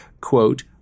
quote